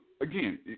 again